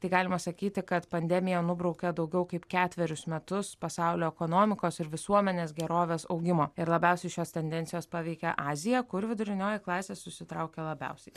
tai galima sakyti kad pandemija nubraukė daugiau kaip ketverius metus pasaulio ekonomikos ir visuomenės gerovės augimo ir labiausiai šios tendencijos paveikė aziją kur vidurinioji klasė susitraukė labiausiai